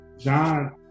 John